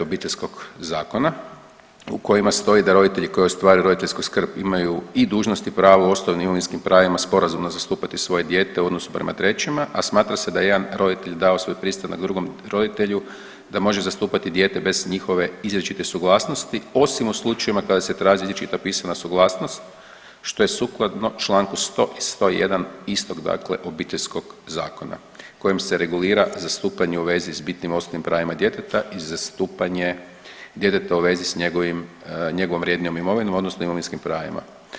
Obiteljskog zakona u kojima stoji da roditelji koji ostvaruju roditeljsku skrb imaju i dužnost i pravo i ostalim imovinskim pravima sporazumno zastupati svoje dijete u odnosu prema trećima, a smatra se da je jedan roditelj dao svoj pristanak drugom roditelju da može zastupati dijete bez njihove izričite suglasnosti osim u slučajevima kada se traži izričita pisana suglasnost što je sukladno članku 100. i 101. istog, dakle Obiteljskog zakona kojim se regulira zastupanje u vezi sa bitnim osnovnim pravima djeteta i zastupanje djeteta u vezi sa njegovom vrednijom imovinom odnosno imovinskim pravima.